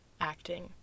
acting